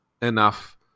enough